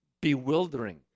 bewildering